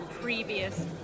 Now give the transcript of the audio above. previous